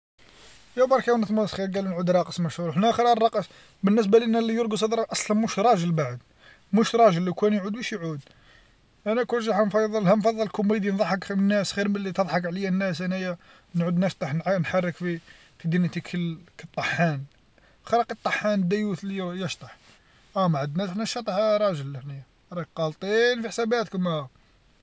ياو بركى مالتمسخير قال نعود راقص مشهور احنا خرا رقص، بالنسبه لينا ليرقص هذا أصلا ماهوش راجل بعد موش راجل لوكان يعود واش يعود، أنا كون جا راح نفضل ها نفضل كوميديا نضحك الناس خير مالتضحك عليا الناس أنايا، نعود نفضح نحرك في دنيتي كالطحان، خلق الطحان ديوث ليعود يشطح، أه معندناش شطح راجل حنايا راك غالطين في حساباتكم.